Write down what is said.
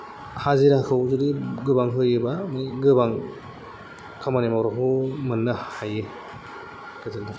हाजिराखौ जुदि गोबां होयोबा माने गोबां खामानि मावग्राखौ मोन्नो हायो गोजोन्थों